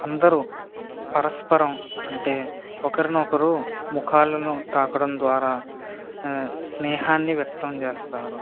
అందరూ పరస్పరం అంటే ఒకరినొకరు ముఖాలను తాకడం ద్వారా స్నేహాన్ని వ్యక్తం చేస్తారు